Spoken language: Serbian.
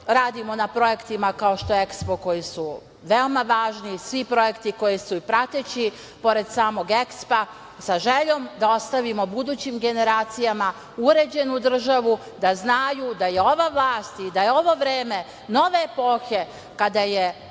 Radimo na projektima, kao što je EKSPO, koji su veoma važni, svi projekti koji su i prateći pored samog EKSPO, sa željom da ostavimo budućim generacijama uređenu državu, da znaju da je ova vlast i da je ovo vreme nove epohe kada je